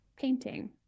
painting